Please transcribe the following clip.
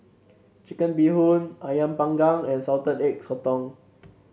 Chicken Bee Hoon ayam panggang and Salted Egg Sotong